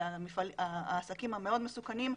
העסקים המאוד מסוכנים,